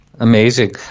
Amazing